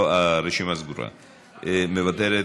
מוותרת,